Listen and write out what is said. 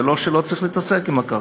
זה לא שלא צריך להתעסק עם הקרקעות,